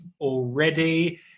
already